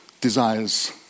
desires